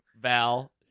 Val